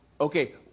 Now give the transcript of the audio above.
okay